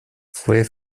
fue